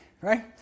right